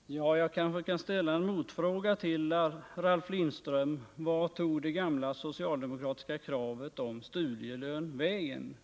Herr talman! Jag skulle vilja ställa en motfråga till Ralf Lindström: Vart tog det gamla socialdemokratiska kravet om studielön vägen?